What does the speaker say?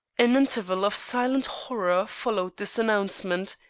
an interval of silent horror followed this announcement,